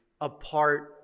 Apart